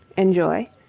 enjoy,